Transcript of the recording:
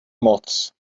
moc